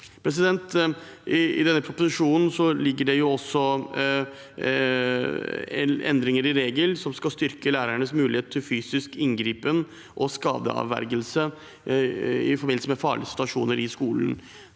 I denne proposisjonen ligger det også endringer i reglene som skal styrke lærernes mulighet til fysisk inngripen og skadeavverging i forbindelse med farlige situasjoner i skolen.